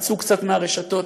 תצאו קצת מהרשתות,